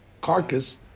carcass